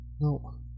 No